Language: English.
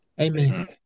Amen